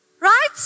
Right